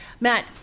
Matt